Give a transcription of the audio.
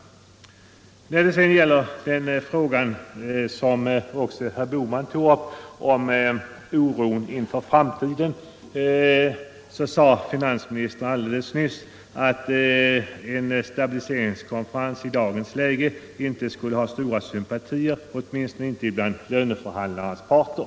Beträffande oron inför framtiden — herr Bohman tog också upp den frågan — sade finansministern helt nyss att en stabiliseringskonferens i dagens läge inte skulle ha särskilt stora sympatier, åtminstone inte bland lönerörelsens parter.